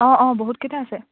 অঁ অঁ বহুতকেইটা আছে